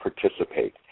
participate